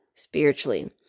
spiritually